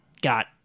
got